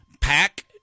Pack